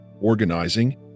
organizing